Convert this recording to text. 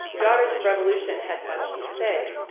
daughters of revolution had much to say.